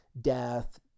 death